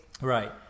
right